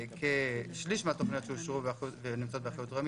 כשליש מהתוכניות שאושרו ונמצאות באחריות רמ"י,